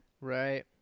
Right